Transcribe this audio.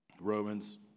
Romans